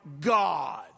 God